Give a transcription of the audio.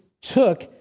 took